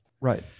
Right